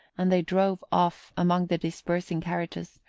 and they drove off among the dispersing carriages,